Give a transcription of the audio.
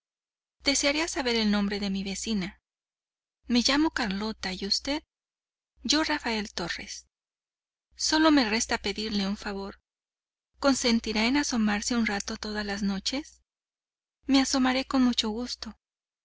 desearía saber el nombre de mi vecina me llamo carlota y usted yo rafael torres solo me resta pedirle un favor consentirá en asomarse un rato todas las noches me asomaré con mucho gusto